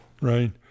right